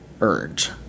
urge